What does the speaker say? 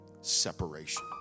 separation